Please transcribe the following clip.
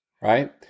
right